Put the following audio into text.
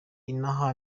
inaha